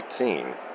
18